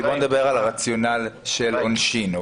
בואו נדבר על הרציונל של עונשין,